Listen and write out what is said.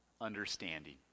understanding